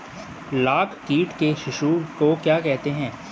लाख कीट के शिशु को क्या कहते हैं?